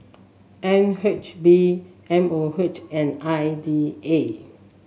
N H B M O H and I D A